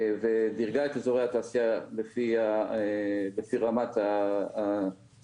ודירגה את אזורי התעשייה לפי רמת הסיכון